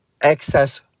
excess